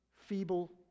feeble